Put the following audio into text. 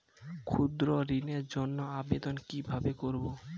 ক্ষুদ্র ঋণের জন্য আবেদন কিভাবে করব?